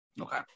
okay